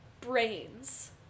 brains